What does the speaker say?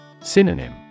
Synonym